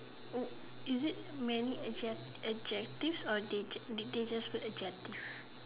is it many adjectives or did did they just put adjective